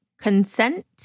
consent